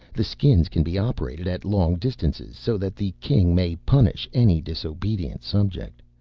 the skins can be operated at long distances so that the king may punish any disobedient subject.